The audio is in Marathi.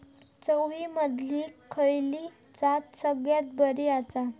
चवळीमधली खयली जात सगळ्यात बरी आसा?